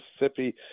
Mississippi